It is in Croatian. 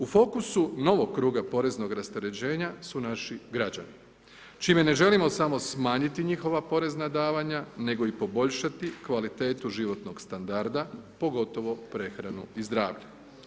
U fokusu novog kruga poreznog rasterećenja su naši građani čime ne želimo samo smanjiti njihova porezna davanja nego i poboljšati kvalitetu životnog standarda, pogotovo prehranu i zdravlje.